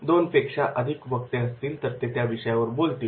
दोनपेक्षा अधिक वक्ते असतील तर ते त्या विषयावर बोलतील